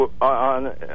on